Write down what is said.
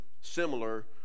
similar